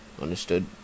understood